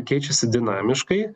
keičiasi dinamiškai